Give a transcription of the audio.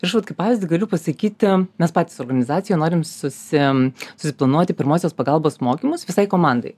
ir žinot kaip pavyzdį galiu pasakyti mes patys organizacija norim susi susiplanuoti pirmosios pagalbos mokymus visai komandai